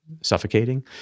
suffocating